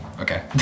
Okay